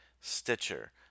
Stitcher